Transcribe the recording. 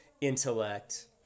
intellect